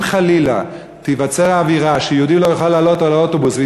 אם חלילה תיווצר אווירה שיהודי לא יוכל לעלות לאוטובוס,